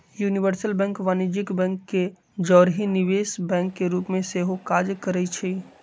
universal bank वाणिज्यिक bank के जौरही निवेश बैंक के रूप में सेहो काज करइ छै